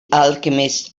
alchemist